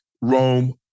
Rome